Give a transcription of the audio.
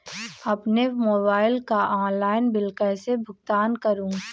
अपने मोबाइल का online bill कैसे भुगतान करूं?